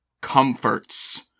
comforts